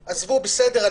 בסדר,